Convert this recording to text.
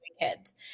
kids